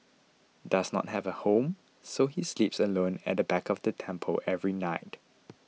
does not have a home so he sleeps alone at the back of the temple every night